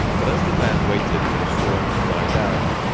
but as the men waited for the storm to die down,